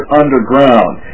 underground